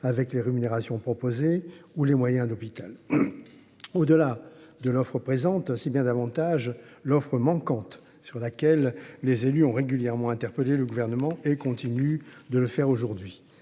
Avec les rémunérations proposées ou les moyens d'hôpital. Au delà de l'offre présente ainsi bien davantage l'offre manquante sur laquelle les élus ont régulièrement interpellé le gouvernement et continue de le faire aujourd'hui